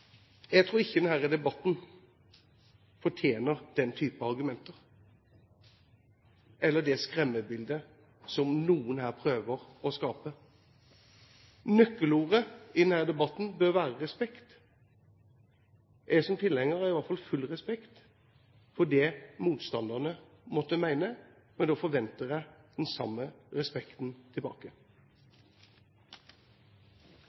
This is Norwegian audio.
Jeg tror ikke denne debatten fortjener den type argumenter eller det skremmebildet som noen her prøver å skape. Nøkkelordet i denne debatten bør være respekt. Jeg som tilhenger har i hvert fall full respekt for det motstanderne måtte mene, men da forventer jeg den samme respekten tilbake.